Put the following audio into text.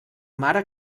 mare